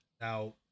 Now